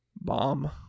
bomb